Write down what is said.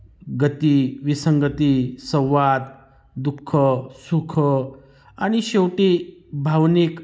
गती विसंगती संवाद दुःख सुख आणि शेवटी भावनिक